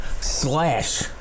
slash